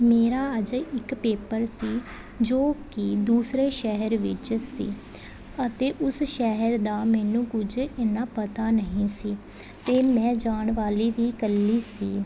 ਮੇਰਾ ਅੱਜ ਇੱਕ ਪੇਪਰ ਸੀ ਜੋ ਕਿ ਦੂਸਰੇ ਸ਼ਹਿਰ ਵਿੱਚ ਸੀ ਅਤੇ ਉਸ ਸ਼ਹਿਰ ਦਾ ਮੈਨੂੰ ਕੁਝ ਇੰਨਾਂ ਪਤਾ ਨਹੀਂ ਸੀ ਅਤੇ ਮੈਂ ਜਾਣ ਵਾਲੀ ਵੀ ਇਕੱਲੀ ਸੀ